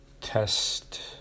Test